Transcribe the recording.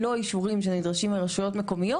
לא אישורים שנדרשים מרשויות מקומיות,